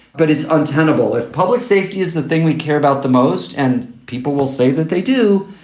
but it's untenable if public safety is the thing we care about the most and people will say that they do.